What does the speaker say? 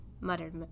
muttered